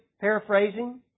paraphrasing